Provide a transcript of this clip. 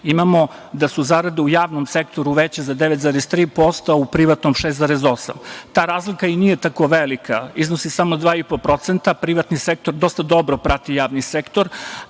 imamo da su zarade u javnom sektoru veće za 9,3%, a u privatnom 6,8%. Ta razlika i nije tako velika, iznosi samo 2,5%. Privatni sektor dosta dobro prati javni sektor.